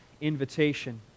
invitation